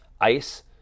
Ice